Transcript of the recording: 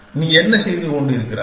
நீ என்ன செய்து கொண்டிருக்கிறாய்